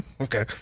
Okay